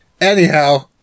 anyhow